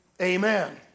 amen